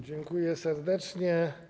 Dziękuję serdecznie.